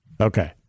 Okay